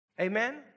Amen